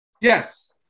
Yes